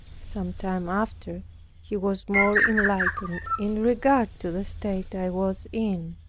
some time after he was more enlightened in regard to the state i was in.